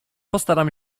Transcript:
postaram